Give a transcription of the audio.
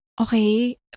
okay